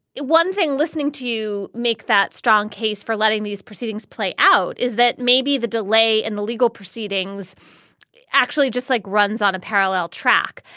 one thing, listening to you make that strong case for letting these proceedings play out is that maybe the delay in the legal proceedings actually just like runs on a parallel track.